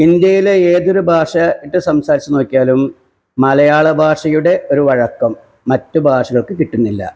ഇന്ത്യയിലെ ഏതൊരു ഭാഷയെ ഇട്ടു സംസാരിച്ചു നോക്കിയാലും മലയാള ഭാഷയുടെ ഒരു വഴക്കം മറ്റ് ഭാഷകൾക്ക് കിട്ടുന്നില്ല